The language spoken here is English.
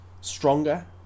stronger